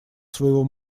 своего